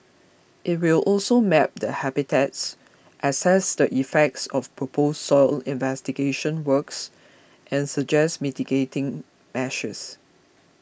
it will also map the habitats assess the effects of proposed soil investigation works and suggest mitigating measures